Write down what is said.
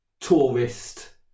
tourist